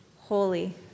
holy